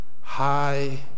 high